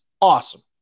Awesome